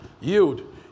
Yield